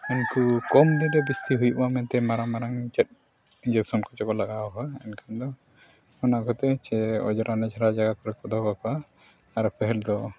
ᱩᱱᱠᱩ ᱠᱚᱢ ᱫᱤᱱ ᱨᱮ ᱵᱮᱥᱤ ᱦᱩᱭᱩᱜᱼᱟ ᱢᱮᱱᱛᱮ ᱢᱟᱨᱟᱝ ᱢᱟᱨᱟᱝ ᱪᱮᱫ ᱤᱭᱟᱹ ᱮᱱᱠᱷᱟᱱ ᱫᱚ ᱚᱱᱟ ᱠᱟᱛᱮᱫ ᱪᱮᱫ ᱚᱡᱽᱨᱟ ᱢᱚᱡᱽᱨᱟ ᱡᱟᱦᱟᱸ ᱠᱚᱨᱮ ᱠᱚ ᱫᱚᱦᱚ ᱠᱟᱠᱚᱣᱟ ᱟᱨ ᱯᱟᱹᱦᱤᱞ ᱫᱚ